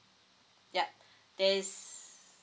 yup there's